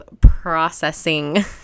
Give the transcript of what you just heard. processing